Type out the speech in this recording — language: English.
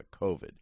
COVID